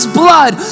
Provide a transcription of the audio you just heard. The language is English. blood